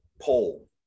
poll